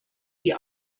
die